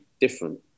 different